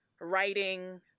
writing